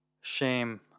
shame